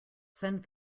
send